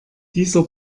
dieser